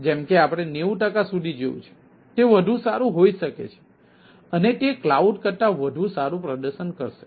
જેમ કે આપણે 90 ટકા સુધી જોયું છે તે વધુ સારું હોઈ શકે છે અને તે કલાઉડ કરતા વધુ સારું પ્રદર્શન કરશે